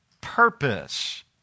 purpose